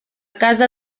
casa